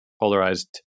polarized